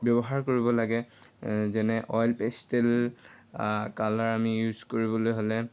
ব্যৱহাৰ কৰিব লাগে যেনে অইল পেষ্টেল কালাৰ আমি ইউজ কৰিবলৈ হ'লে